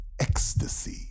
ecstasy